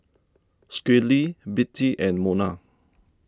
Schley Bettie and Mona